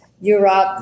Europe